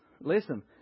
Listen